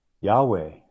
yahweh